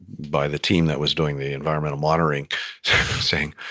by the team that was doing the environmental monitoring saying,